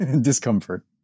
discomfort